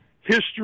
History